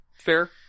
Fair